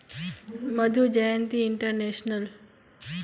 Madhu Jayanti international